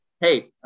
Hey